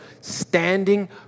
standing